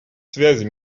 связи